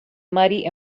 muddy